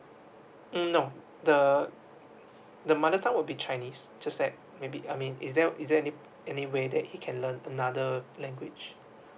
mm no the mother tongue will be chinese just that maybe I mean is there is there any any way he can learn another language